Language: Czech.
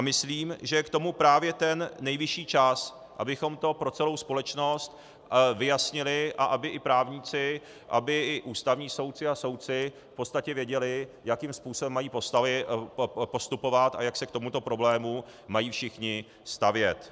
Myslím, že je k tomu právě ten nejvyšší čas, abychom to pro celou společnost vyjasnili a aby i právníci, aby i ústavní soudci a soudci v podstatě věděli, jakým způsobem mají postupovat a jak se k tomuto problému mají všichni stavět.